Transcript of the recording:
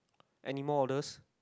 anymore orders